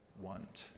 want